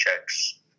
checks